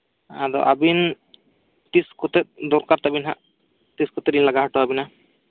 ᱟᱫᱚ ᱟᱵᱤᱱ ᱛᱤᱥᱠᱚᱛᱮ ᱫᱚᱨᱠᱟᱨ ᱛᱟᱵᱤᱱ ᱦᱟᱸᱜ ᱛᱤᱥ ᱠᱚᱛᱮᱞᱤᱧ ᱞᱟᱜᱟᱣ ᱦᱚᱴᱚ ᱟᱵᱤᱱᱟ